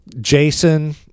jason